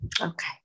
Okay